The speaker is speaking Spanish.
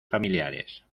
familiares